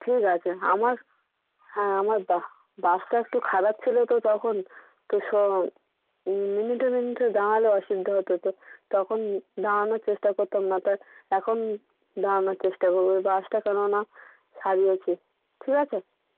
ঠিক আছে আমার হ্যাঁ আমার বাসটা একটু খারাপ ছিল তো তখন তো স মিনিটে মিনিটে দাঁড়ালে অসুবিধা হত তো তখনা দাঁড়ানোর চেষ্টা করতাম না ত এখন দাঁড়ানোর চেষ্টা করবো ওই বাসটা কেন না সারিয়েছি ঠিক আছে